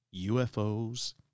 UFOs